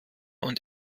und